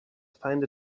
find